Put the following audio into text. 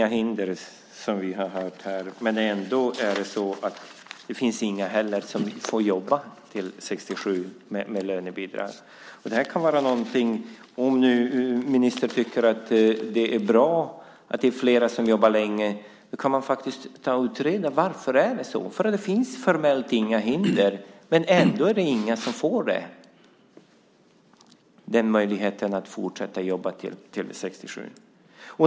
Herr talman! Det finns inga hinder, som vi har hört här, men ändå är det så att det inte finns några som får jobba till 67 med lönebidrag. Om nu ministern tycker att det är bra att det är fler som jobbar länge kan man faktiskt utreda varför det är så här. För det finns formellt inga hinder. Ändå är det ingen som får möjligheten att fortsätta jobba till 67.